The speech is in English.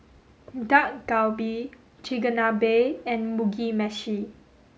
Dak Galbi Chigenabe and Mugi Meshi